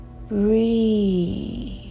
Breathe